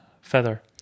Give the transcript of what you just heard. feather